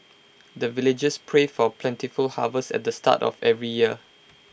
the villagers pray for plentiful harvest at the start of every year